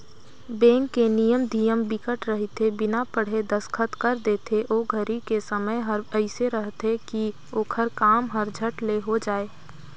bank के नियम धियम बिकट रहिथे बिना पढ़े दस्खत कर देथे ओ घरी के समय हर एइसे रहथे की ओखर काम हर झट ले हो जाये